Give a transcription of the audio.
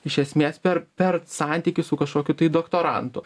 iš esmės per per santykį su kažkokiu tai doktorantu